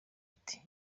ati